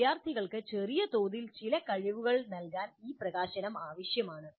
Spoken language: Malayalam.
വിദ്യാർത്ഥികൾക്ക് ചെറിയതോതിൽ ചില കഴിവുകൾ നൽകാൻ ഈ പ്രകാശനം ആവശ്യമാണ്